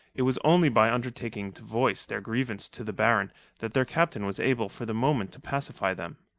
it was only by undertaking to voice their grievance to the baron that their captain was able for the moment to pacify them.